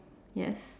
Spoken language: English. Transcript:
yes